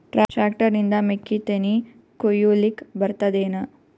Tractor ನಿಂದ ಮೆಕ್ಕಿತೆನಿ ಕೊಯ್ಯಲಿಕ್ ಬರತದೆನ?